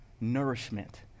nourishment